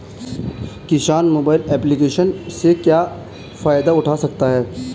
किसान mobile application से क्या फायदा उठा सकता है?